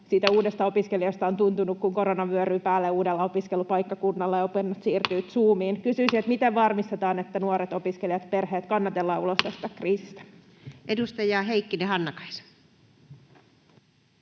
koputtaa] opiskelijasta on tuntunut, kun korona vyöryy päälle uudella opiskelupaikkakunnalla ja opinnot siirtyvät Zoomiin. Kysyisin: miten varmistetaan, että nuoret opiskelijat ja perheet kannatellaan ulos tästä kriisistä? Edustaja Heikkinen, Hannakaisa.